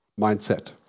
mindset